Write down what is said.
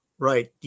Right